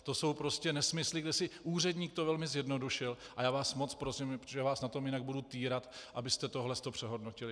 To jsou prostě nesmysly, kde si úředník to velmi zjednodušil, a já vás moc prosím, protože vás na tom jinak budu týrat, abyste tohle to přehodnotili.